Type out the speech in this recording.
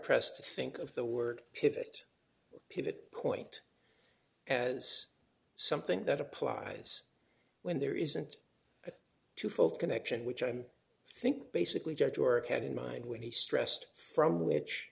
pressed to think of the work pivot pivot point as something that applies when there isn't two fold connection which i think basically judge or cat in mind when he stressed from which